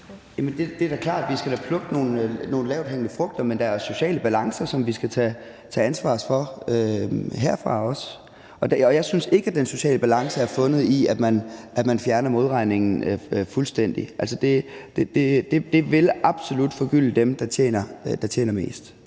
Det er da klart, at vi skal plukke nogle lavthængende frugter, men der er sociale balancer, som vi skal tage ansvar for herfra også. Og jeg synes ikke, den sociale balance er fundet i, at man fjerner modregningen fuldstændig. Det vil absolut forgylde dem, der tjener mest.